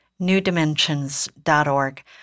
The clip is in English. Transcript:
newdimensions.org